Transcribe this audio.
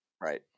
Right